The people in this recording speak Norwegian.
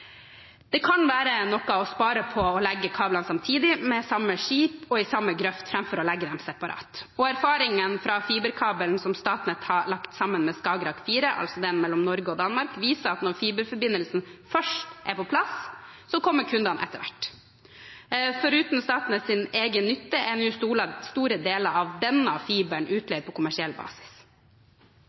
Det kan være noe å spare ved å legge kablene samtidig, med samme skip og i samme grøft, framfor å legge dem separat. Erfaringen med fiberkabelen som Statnett har lagt sammen med Skagerrak 4 – mellom Norge og Danmark – viser at når fiberforbindelsen først er på plass, kommer kundene etter hvert. Foruten Statnetts egennytte er nå store deler av denne fiberkabelen utleid på kommersiell basis.